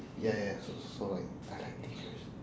ya ya ya so so like I like teachers